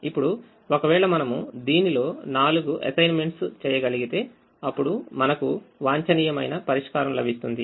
ఇప్పుడు ఒకవేళ మనము దీనిలో 4 అసైన్మెంట్స్ చేయగలిగితే అప్పుడు మనకు వాంఛనీయమైన పరిష్కారం లభిస్తుంది